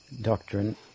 doctrine